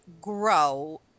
grow